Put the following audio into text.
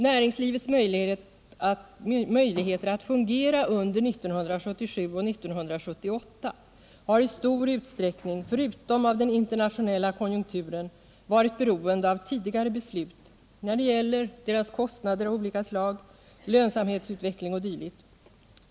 Näringslivets möjligheter att fungera under 1977 och 1978 har i stor utsträckning förutom av den internationella konjunkturen varit beroende av tidigare beslut, när det gäller kostnader av olika slag, lönsamhetsutveckling 0. d.